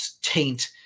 taint